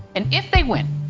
and if they win,